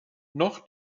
noch